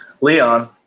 Leon